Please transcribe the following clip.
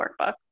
workbook